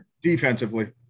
defensively